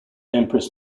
empress